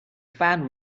fan